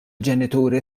ġenituri